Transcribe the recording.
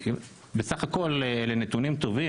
בסך הכול אלה נתונים טובים,